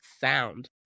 sound